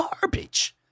garbage